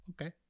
okay